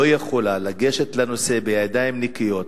לא יכולה לגשת לנושא בידיים נקיות